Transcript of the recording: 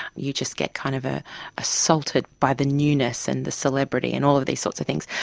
you just get kind of ah assaulted by the newness and the celebrity and all of these sorts of things.